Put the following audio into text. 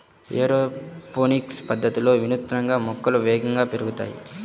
aeroponics పద్ధతిలో వినూత్నంగా మొక్కలు వేగంగా పెరుగుతాయి